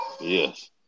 Yes